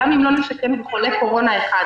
גם אם לא נשכן במלון ולו חולה קורונה אחד.